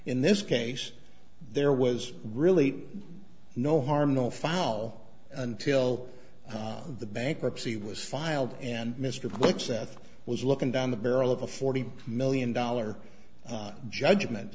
in this case there was really no harm no foul until the bankruptcy was filed and mr kwikset was looking down the barrel of a forty million dollar judgment